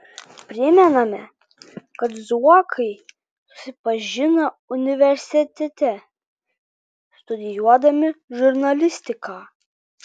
primename kad zuokai susipažino universitete studijuodami žurnalistiką